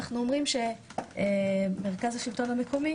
אנחנו אומרים שמרכז השלטון המקומי